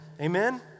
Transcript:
Amen